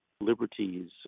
liberties